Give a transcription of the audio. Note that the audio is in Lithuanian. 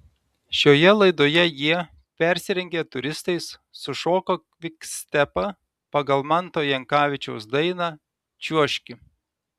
šioje laidoje jie persirengę turistais sušoko kvikstepą pagal manto jankavičiaus dainą čiuožki